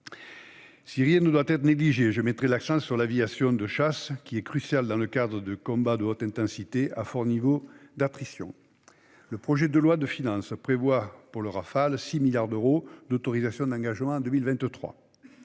Si rien ne doit être négligé, je mettrai l'accent sur l'aviation de chasse, qui est cruciale dans le cadre de combats de haute intensité à fort niveau d'attrition. Le projet de loi de finances prévoit pour le Rafale 6 milliards d'euros d'autorisations d'engagement en 2023.